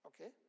Okay